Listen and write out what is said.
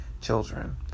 children